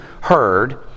heard